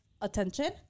attention